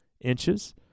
inches